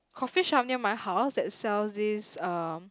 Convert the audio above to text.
coffee shop near my house that sells this um